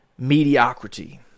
Mediocrity